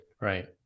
right